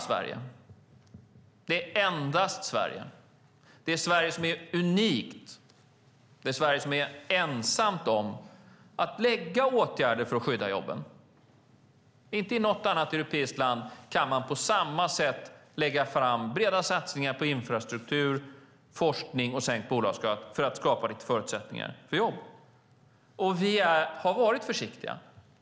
Sverige är unikt och ensamt om att vidta åtgärder för att skydda jobben. Inte i något annat europeiskt land kan man på samma sätt lägga fram breda satsningar på infrastruktur, forskning och sänkt bolagsskatt för att skapa bättre förutsättningar för jobb. Vi har varit försiktiga.